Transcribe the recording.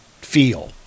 feel